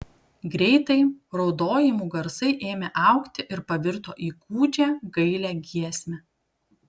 greitai raudojimų garsai ėmė augti ir pavirto į gūdžią gailią giesmę